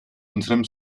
unserem